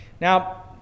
Now